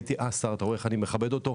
אתה רואה איך אני מכבד אותו,